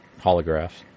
Holographs